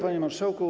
Panie Marszałku!